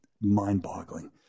mind-boggling